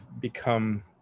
become